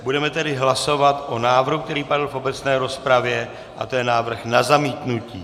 Budeme tedy hlasovat o návrhu, který padl v obecné rozpravě, a to je návrh na zamítnutí.